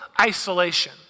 isolation